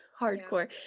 Hardcore